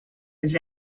his